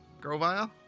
Grovile